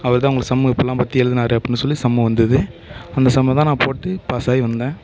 அவர் தான் உங்களுக்கு சம்மு இப்புடிலாம் பற்றி எழுதுனாரு அப்புடினு சொல்லி சம்மு வந்தது அந்த சம்மை தான் நான் போட்டு பாஸ் ஆகி வந்தேன்